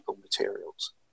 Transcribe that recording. materials